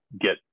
get